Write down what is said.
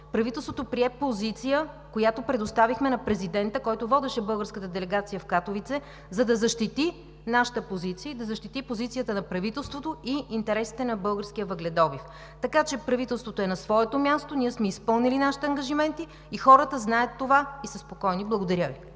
правителството прие позиция, която предоставихме на президента, който водеше българската делегация в Катовице, за да защити нашата позиция, да защити позицията на правителството и интересите на българския въгледобив. Така че правителството е на своето място. Ние сме изпълнили нашите ангажименти, хората знаят това и са спокойни. Благодаря Ви.